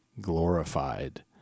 glorified